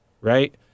right